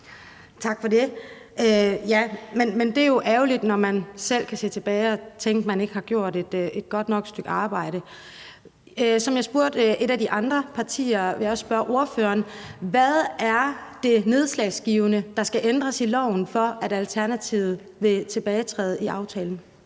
Tak for det. Det er jo ærgerligt, når man selv kan se tilbage og tænke, at man ikke har gjort et godt nok stykke arbejde. Ligesom jeg spurgte ordføreren fra et af de andre partier, vil jeg også spørge ordføreren: Hvad er det, der skal ændres i loven, som er udslagsgivende for, at Alternativet vil træde tilbage i aftalen?